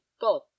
god